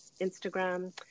Instagram